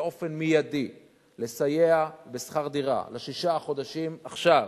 באופן מיידי לסייע בשכר דירה לשישה חודשים, עכשיו,